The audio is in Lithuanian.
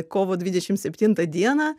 kovo dvidešim septintą dieną